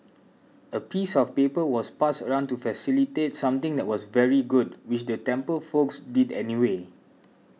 a piece of paper was passed around to facilitate something that was very good which the temple folks did anyway